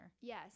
Yes